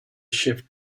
shift